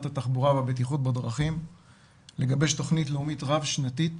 התחבורה והבטיחות בדרכים לגבש תכנית לאומית רב שנתית